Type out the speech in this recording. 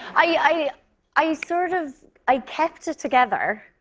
i i sort of i kept it together.